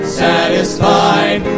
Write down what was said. satisfied